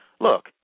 look